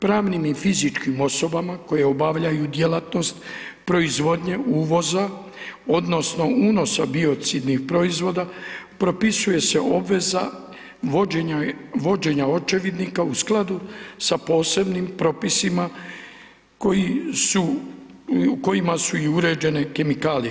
Pravnim i fizičkim osobama koje obavljaju djelatnost proizvodnje uvoza odnosno unosa biocidnih proizvoda, propisuje se obveza vođenja očevidnika u skladu sa posebnim propisima kojima su i uređene kemikalije.